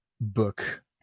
book